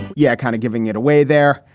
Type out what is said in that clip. yeah, kind of giving it away there.